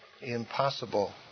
impossible